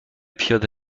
پیاده